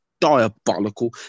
diabolical